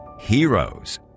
heroes